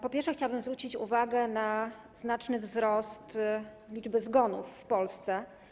Po pierwsze, chciałabym zwrócić uwagę na znaczny wzrost liczby zgonów w Polsce.